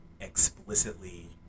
explicitly